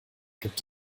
gibt